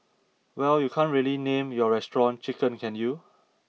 well you can't really name your restaurant Chicken can you